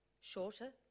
shorter